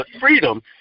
freedom